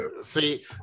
See